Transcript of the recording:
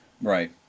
Right